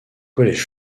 collège